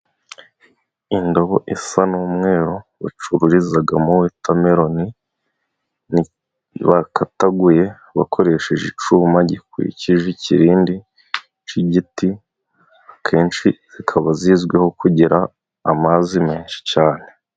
Indobo isa n'umweruru, bacururizagamo wotameroni bakataguye bakoresheje icyuma gikwikije ikirindi c'igiti, akenshi zikaba zizwiho kugira amazi menshi cane.